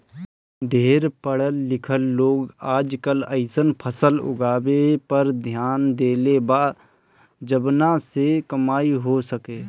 ढेर पढ़ल लिखल लोग आजकल अइसन फसल उगावे पर ध्यान देले बा जवना से कमाई हो सके